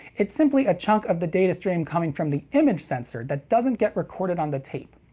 it's simply a chunk of the data stream coming from the image sensor that doesn't get recorded on the tape.